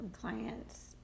clients